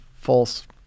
false